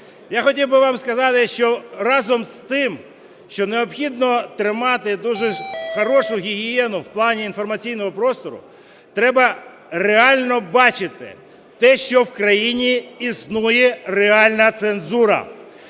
Я хотів би вам сказати, що разом з тим, що необхідно тримати дуже хорошу гігієну в плані інформаційного простору, треба реально бачити те, що в країні існує реальна цензура.